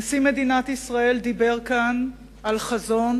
נשיא מדינת ישראל דיבר כאן על חזון,